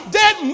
dead